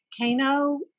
Kano